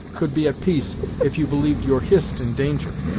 could be at peace if you believed your hist in danger.